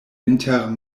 inter